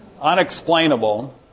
Unexplainable